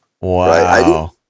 Wow